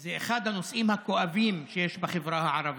וזה אחד הנושאים הכואבים שיש בחברה הערבית.